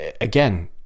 again